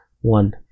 one